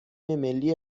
ملی